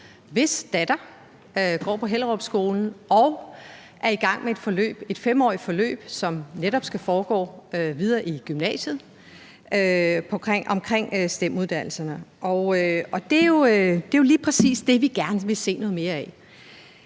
hvis datter går på Hellerup Skole og er i gang med et 5-årigt forløb, som netop skal foregå videre i gymnasiet, omkring STEM-uddannelserne. Det er jo lige præcis det, vi gerne vil se noget mere af.